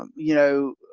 um you know,